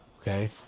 okay